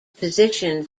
position